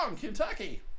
Kentucky